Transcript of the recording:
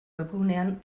webgunean